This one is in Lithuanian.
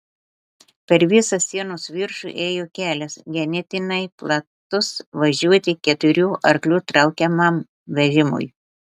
per visą sienos viršų ėjo kelias ganėtinai platus važiuoti keturių arklių traukiamam vežimui